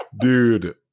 dude